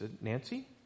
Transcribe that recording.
Nancy